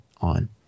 on